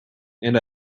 and